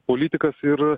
politikas ir